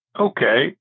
Okay